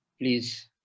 Please